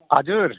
हजुर